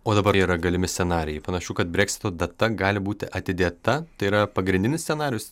o dabar yra galimi scenarijai panašu kad breksito data gali būti atidėta tai yra pagrindinis scenarijus